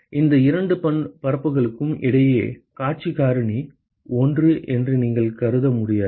எந்த இரண்டு பரப்புகளுக்கும் இடையே காட்சி காரணி ஒன்று என்று நீங்கள் கருத முடியாது